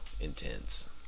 intense